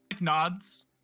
Nods